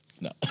No